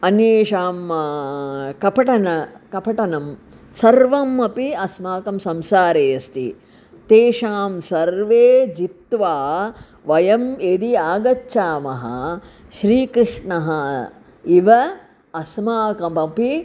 अन्येषां कपटनं कपटनं सर्वम् अपि अस्माकं संसारे अस्ति तेषां सर्वे जित्वा वयं यदि आगच्छामः श्रीकृष्णः इव अस्माकमपि